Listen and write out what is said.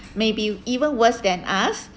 maybe even worse than us